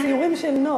יש ציורים של נוף,